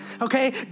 Okay